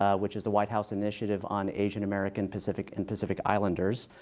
ah which is the white house initiative on asian american pacific and pacific islanders.